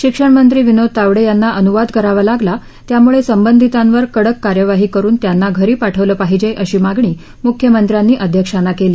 शिक्षण मंत्री विनोद तावडे यांना अनुवाद करावा लागला त्यामुळे संबंधीतांवर कडक कार्यवाही करुन त्यांना घरी पाठवले पाहिजे अशी मागणी मुख्यमंत्र्यांनी अध्यक्षांना केली